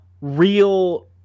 real